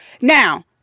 now